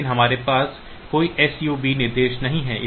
लेकिन हमारे पास कोई SUB निर्देश नहीं है